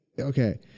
okay